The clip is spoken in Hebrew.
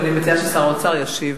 אבל אני מציעה ששר האוצר ישיב.